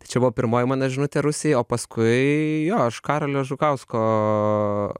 tai čia buvo pirmoji mano žinutė rusijai o paskui jo aš karolio žukausko